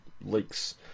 leaks